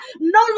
No